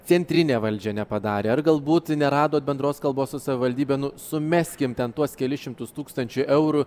centrinė valdžia nepadarė ar galbūt neradot bendros kalbos su savivaldybe nu sumeskim ten tuos kelis šimtus tūkstančių eurų